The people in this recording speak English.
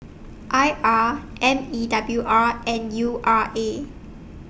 I R M E W R and U R A